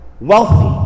wealthy